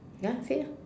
ya say ah